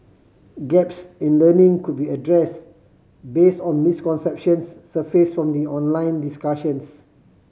gaps in learning could be addressed based on misconceptions surfaced from the online discussions